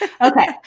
Okay